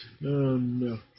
no